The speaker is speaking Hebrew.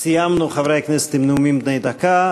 סיימנו, חברי הכנסת, את הנאומים בני דקה.